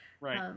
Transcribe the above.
right